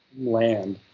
land